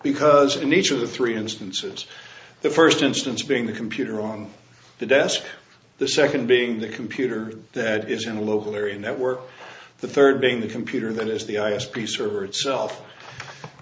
because in each of the three instances the first instance being the computer on the desk the second being the computer that is in a local area network the third being the computer that is the i s p server itself